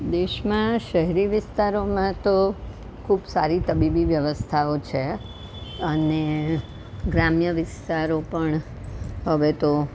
દેશમાં શહેરી વિસ્તારોમાં તો ખૂબ સારી તબીબી વ્યવસ્થાઓ છે અને ગ્રામ્ય વિસ્તારો પણ હવે તો